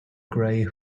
gray